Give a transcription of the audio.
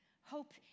Hope